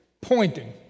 pointing